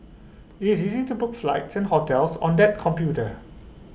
IT is easy to book flights and hotels on that computer